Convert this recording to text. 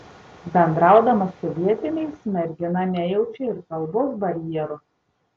bendraudama su vietiniais mergina nejaučia ir kalbos barjero